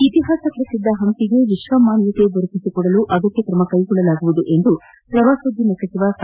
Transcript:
ಇತಿಹಾಸ ಪ್ರಸಿದ್ದ ಹಂಪಿಗೆ ವಿಶ್ವ ಮಾನ್ಯತೆ ದೊರಕಿಸಿಕೊಡಲು ಅಗತ್ಯ ಕ್ರಮಕೈಗೊಳ್ಳಲಾಗುವುದು ಎಂದು ಪ್ರವಾಸೋದ್ಯಮ ಸಚಿವ ಸಾ